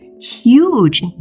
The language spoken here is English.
huge